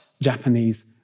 Japanese